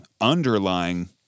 underlying